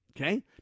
okay